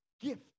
gift